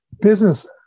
business